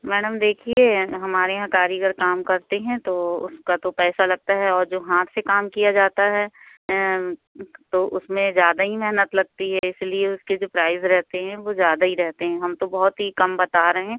madam देखिए हमारे यहाँ कारीगर काम करते हैं तो उसका तो पैसा लगता है और जो हाथ से काम किया जाता है तो उसमें ज़्यादा ही मेहनत लगती है इसलिए उसके जो प्राइज़ रहते हैं वो ज़्यादा ही रहते हैं हम तो बहुत ही कम बता रहे हैं